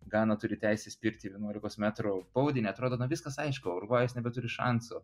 gana turi teisę spirti vienuolikos metrų baudinį atrodo na viskas aišku urvais nebeturi šansų